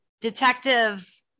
detective